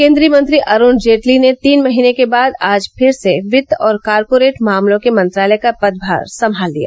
केन्द्रीय मंत्री अरूण जेटली ने तीन महीने के बाद आज फिर से वित्त और कॉरपोरेट मामलों के मंत्रालय का पदभार संभाल लिया